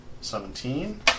Seventeen